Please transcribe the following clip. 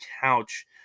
couch